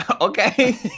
okay